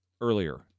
earlier